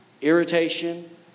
Irritation